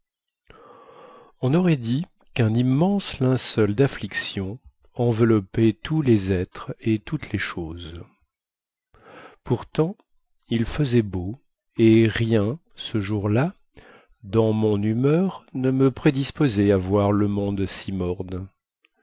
on aurait dit quun immense linceul daffliction enveloppait tous les êtres et toutes les choses pourtant il faisait beau et rien ce jour-là dans mon humeur ne me prédisposait à voir le monde si morne